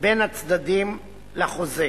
בין הצדדים לחוזה.